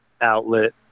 outlet